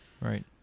right